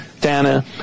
Dana